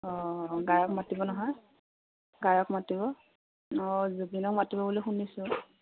অঁ গায়ক মাতিব নহয় গায়ক মাতিব অঁ জুবিনক মাতিব বুলি শুনিছোঁ